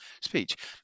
speech